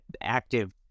active